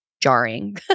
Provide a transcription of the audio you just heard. jarring